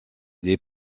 des